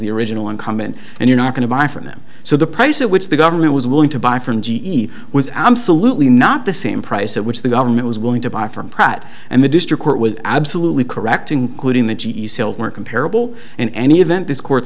the original incumbent and you're not going to buy from them so the price at which the government was willing to buy from g e was absolutely not the same price at which the government was willing to buy from pratt and the district court with absolutely correct including the g e sales were comparable in any event this court